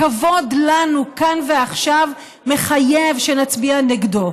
הכבוד שלנו כאן ועכשיו מחייב שנצביע נגדו.